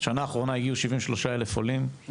שנה אחרונה הגיעו 73,000 עולים,